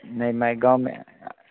नहीं मैं गाँव में